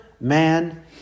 man